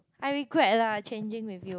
I regret lah changing with you